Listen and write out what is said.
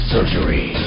Surgery